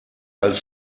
als